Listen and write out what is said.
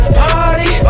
party